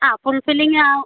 ആ ഫുൾ ഫില്ലിങ്ങാ